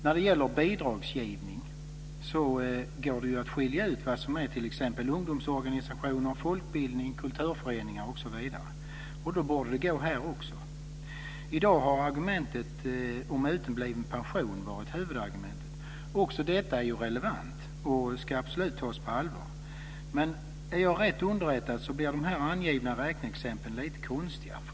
När det gäller bidragsgivning går det att skilja ut vad som är ungdomsorganisationer, folkbildning, kulturföreningar osv. Således borde det gå här också. I dag har argumentet om utebliven pension varit huvudargumentet. Också detta är relevant och ska absolut tas på allvar. Men om jag är riktigt underrättad blir de här angivna räkneexemplen lite konstiga.